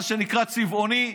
מה שנקרא "צבעוני",